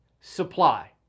Supply